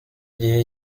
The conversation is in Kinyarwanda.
gihe